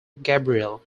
gabriel